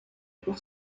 pour